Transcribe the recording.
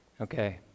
Okay